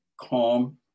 calm